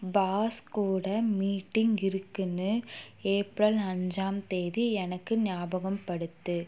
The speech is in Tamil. பாஸ் கூட மீட்டிங் இருக்குன்னு ஏப்ரல் அஞ்சாம் தேதி எனக்கு ஞாபகப்படுத்து